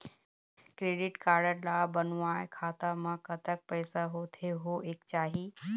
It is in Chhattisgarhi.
क्रेडिट कारड ला बनवाए खाता मा कतक पैसा होथे होएक चाही?